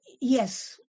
yes